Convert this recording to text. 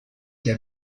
der